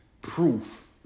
proof